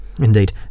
indeed